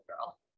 girl